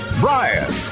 Brian